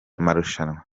marushanwa